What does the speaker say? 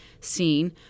seen